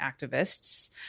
activists